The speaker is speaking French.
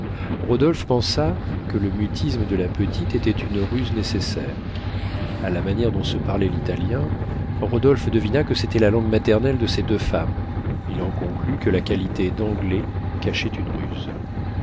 rodolphe pensa que le mutisme de la petite était une ruse nécessaire a la manière dont se parlait l'italien rodolphe devina que c'était la langue maternelle de ces deux femmes il en conclut que la qualité d'anglais cachait une ruse